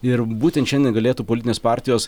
ir būtent šiandien galėtų politinės partijos